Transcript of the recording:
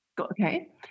Okay